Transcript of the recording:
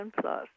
Plus